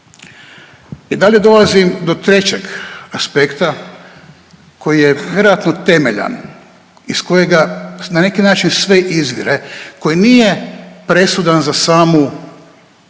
I dalje dolazim do trećeg aspekta koji je vjerojatno temeljan iz kojega na neki način sve izvire koji nije presudan za samu